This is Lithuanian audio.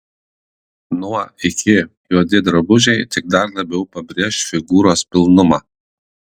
nuo iki juodi drabužiai tik dar labiau pabrėš figūros pilnumą